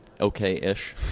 okay-ish